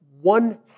one